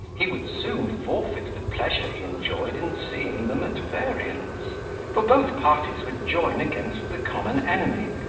he would soon forfeit the pleasure he enjoyed in seeing them at variance for both parties would join against the common enemy,